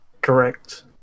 Correct